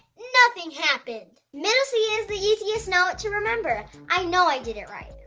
nothing happened! middle c is the easiest note to remember! i know i did it right.